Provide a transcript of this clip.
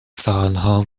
سالها